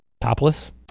Topless